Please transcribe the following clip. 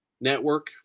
Network